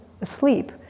asleep